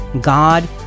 God